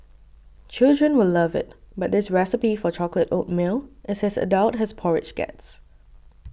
children will love it but this recipe for chocolate oatmeal is as adult as porridge gets